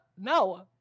No